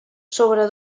sobre